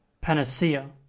Panacea